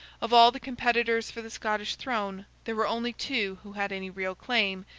of all the competitors for the scottish throne, there were only two who had any real claim,